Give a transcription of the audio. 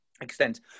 extent